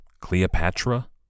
Cleopatra